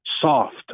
soft